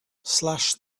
slash